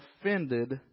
offended